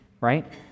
Right